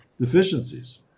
deficiencies